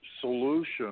solution